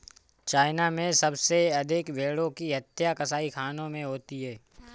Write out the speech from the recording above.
China में सबसे अधिक भेंड़ों की हत्या कसाईखानों में होती है